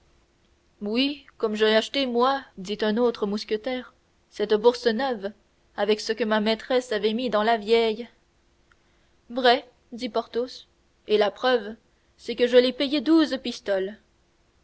oui comme j'ai acheté moi dit un autre mousquetaire cette bourse neuve avec ce que ma maîtresse avait mis dans la vieille vrai dit porthos et la preuve c'est que je l'ai payé douze pistoles